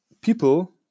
people